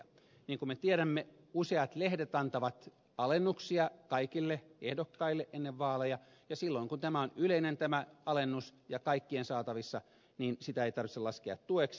niin kuin me tiedämme useat lehdet antavat alennuksia kaikille ehdokkaille ennen vaaleja ja silloin kun tämä on yleinen tämä alennus ja kaikkien saatavissa niin sitä ei tarvitse laskea tueksi